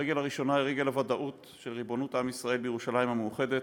הרגל הראשונה היא רגל הוודאות של ריבונות עם ישראל בירושלים המאוחדת,